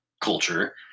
culture